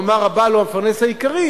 נאמר הבעל הוא המפרנס העיקרי,